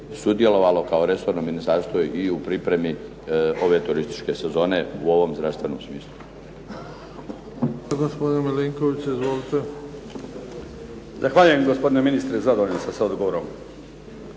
sudjelovalo kao resorno ministarstvo i u pripremi ove turističke sezone u ovom zdravstvenom smislu.